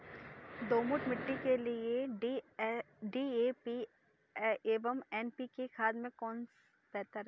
दोमट मिट्टी के लिए डी.ए.पी एवं एन.पी.के खाद में कौन बेहतर है?